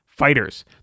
fighters